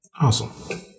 Awesome